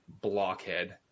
blockhead